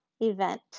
event